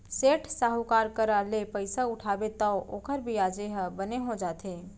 सेठ, साहूकार करा ले पइसा उठाबे तौ ओकर बियाजे ह बने हो जाथे